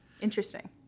Interesting